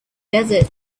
desert